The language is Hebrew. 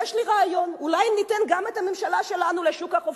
יש לי רעיון: אולי ניתן גם את הממשלה שלנו לשוק החופשי?